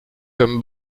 comme